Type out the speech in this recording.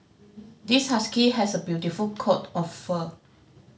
this husky has a beautiful coat of fur